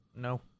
No